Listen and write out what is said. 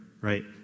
right